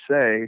say